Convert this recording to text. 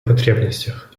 потребностях